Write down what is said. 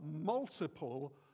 multiple